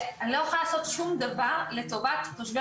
אני לא יכולה לעשות שום דבר לטובת תושבי